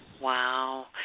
Wow